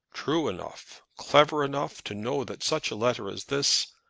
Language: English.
true enough, clever enough, to know that such a letter as this,